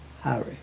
Harry